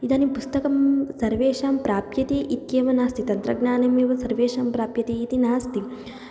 इदानीं पुस्तकं सर्वेषां प्राप्यते इत्येव नास्ति तन्त्रज्ञानम् एव सर्वेषां प्राप्यते इति नास्ति